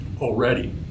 already